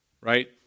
Right